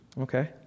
okay